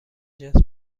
جنس